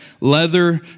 leather